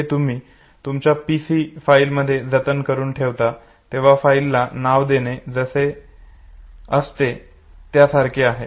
हे तुम्ही तुमच्या पीसी मध्ये फाईल जतन करून ठेवता तेव्हा फाईलला नाव देणे जसे असते त्यासारखे आहे